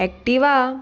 Activa